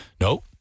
No